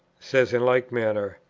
says in like manner,